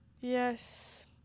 Yes